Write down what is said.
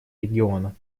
региона